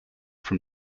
from